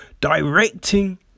directing